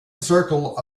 circle